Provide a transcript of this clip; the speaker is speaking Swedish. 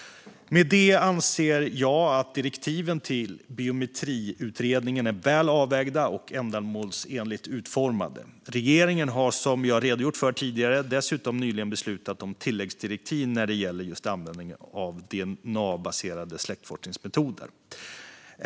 Med detta anser jag att direktiven till Biometriutredningen är väl avvägda och ändamålsenligt utformade. Regeringen har, som jag har redogjort för tidigare, dessutom nyligen beslutat om tilläggsdirektiv när det gäller just användningen av dna-baserade släktforskningsmetoder.